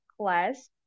class